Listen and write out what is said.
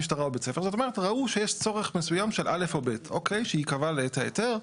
זאת אומרת ראו שיש צורך מסוים של א' או ב' שייקבע לעת ההיתר.